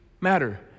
matter